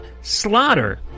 slaughter